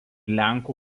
lenkų